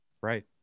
right